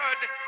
good